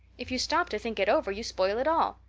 if you stop to think it over you spoil it all.